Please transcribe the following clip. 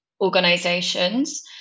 Organizations